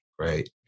right